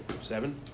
Seven